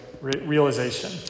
realization